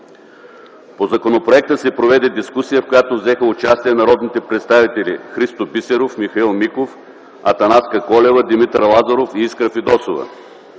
По законопроекта се проведе дискусия, в която взеха участие народните представители Христо Бисеров, Михаил Миков, Атанаска Колева, Димитър Лазаров и Искра Фидосова.